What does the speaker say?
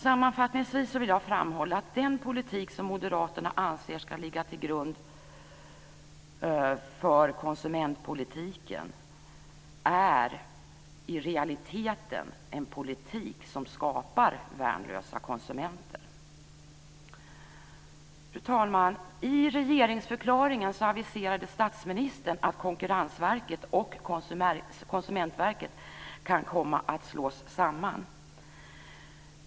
Sammanfattningsvis vill jag framhålla att den politik som moderaterna anser ska ligga till grund för konsumentpolitiken i realiteten är en politik som skapar värnlösa konsumenter. Fru talman! I regeringsförklaringen aviserade statsministern att Konkurrensverket och Konsumentverket kan komma att slås samman.